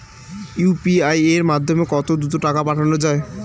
UPI এর মাধ্যমে কত দ্রুত টাকা পাঠানো যায়?